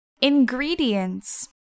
Ingredients